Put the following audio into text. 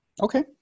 Okay